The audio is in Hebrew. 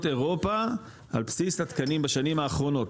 אירופה על בסיס התקנים בשנים האחרונות,